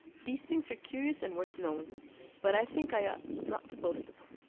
these things are curious and worth knowing but i think i ought not to boast of them.